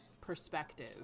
perspective